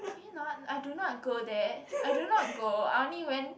can you not I do not go there I do not go I only went